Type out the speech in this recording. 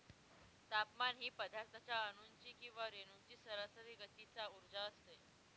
तापमान ही पदार्थाच्या अणूंची किंवा रेणूंची सरासरी गतीचा उर्जा असते